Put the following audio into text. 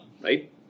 right